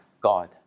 God